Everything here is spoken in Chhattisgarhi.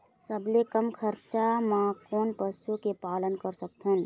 सबले कम खरचा मा कोन पशु के पालन कर सकथन?